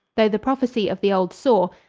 though the prophecy of the old saw,